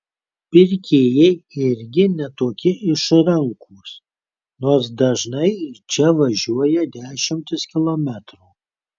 pirkėjai irgi ne tokie išrankūs nors dažnai į čia važiuoja dešimtis kilometrų